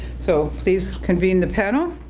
so please convene the panel.